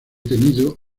tenido